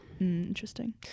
interesting